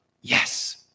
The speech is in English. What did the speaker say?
Yes